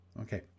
okay